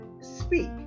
Speak